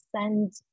send